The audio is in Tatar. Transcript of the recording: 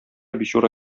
бичура